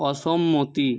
অসম্মতি